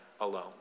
alone